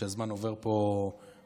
שהזמן עובר פה מהר,